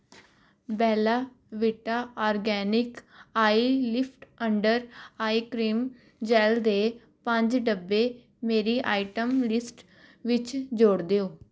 ਬੈਲਾ Vita organic eyelift under eye cream gel ਦੇ ਪੰਜ ਡੱਬੇ ਮੇਰੀ ਆਈਟਮ ਲਿਸਟ ਵਿੱਚ ਜੋੜ ਦਿਓ